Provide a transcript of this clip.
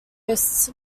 hosts